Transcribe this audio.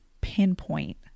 pinpoint